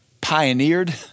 pioneered